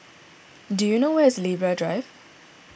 do you know where is Libra Drive